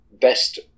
best